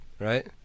right